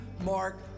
Mark